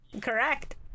Correct